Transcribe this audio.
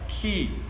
key